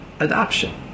Adoption